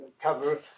cover